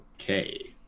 okay